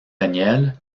daniel